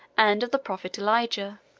and of the prophet elijah.